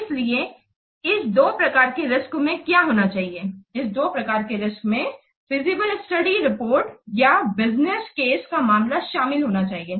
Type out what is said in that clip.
इसलिए इस दो प्रकार के रिस्क में क्या होना चाहिए इस दो प्रकार के रिस्क में फीजिबल स्टडी रिपोर्ट या बिजनेस केस का मामला शामिल होने चाहिए